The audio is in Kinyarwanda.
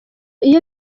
iyo